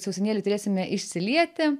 sausainėlį turėsime išsilieti